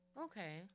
Okay